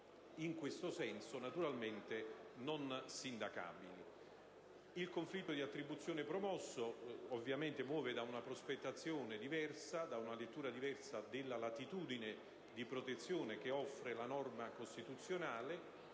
Il conflitto di attribuzione promosso muove ovviamente da una lettura diversa della latitudine di protezione che offre la norma costituzionale,